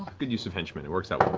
good use of henchmen, it works out well.